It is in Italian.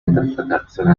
interpretazione